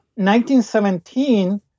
1917